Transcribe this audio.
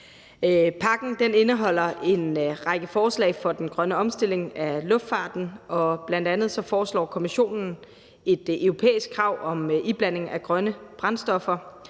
Pakken indeholder en række forslag til den grønne omstilling af luftfarten, og bl.a. foreslår Kommissionen et europæisk krav om iblanding af grønne brændstoffer,